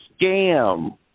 scam